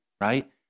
right